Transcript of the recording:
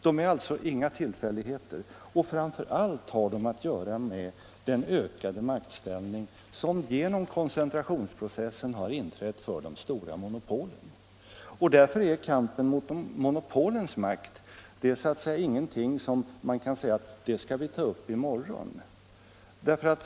De är alltså inga tillfälligheter, och framför allt har de att göra med den ökade maktställning som genom koncentrationsprocessen har inträtt för de stora monopolen. Därför är kampen mot monopolens makt ingenting som man kan säga att man skall ta upp i morgon.